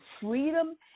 freedom